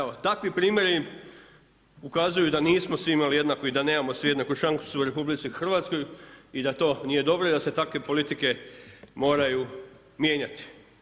Evo takvi primjeri ukazuju da nismo svi imali jednaku i da nemamo svi jednaku šansu u RH i da to nije dobro i da se takve politike moraju mijenjati.